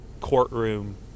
courtroom